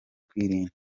kwirinda